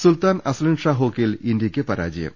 സുൽത്താൻ Azlan Shah ഹോക്കിയിൽ ഇന്ത്യക്ക് പരാജയം